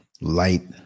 light